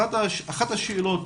אחת השאלות